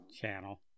channel